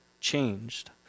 changed